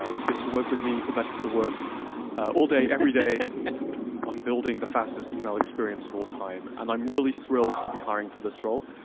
ah you get to work with me for better, for worse all day, everyday on building the fastest email experience of all time. and i'm really thrilled to be hiring for this role.